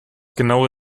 genaue